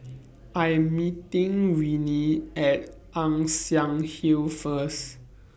I Am meeting Renee At Ann Siang Hill First